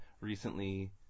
recently